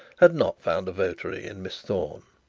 had not found votary in miss thorne.